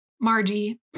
Margie